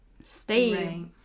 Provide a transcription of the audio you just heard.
stay